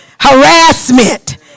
Harassment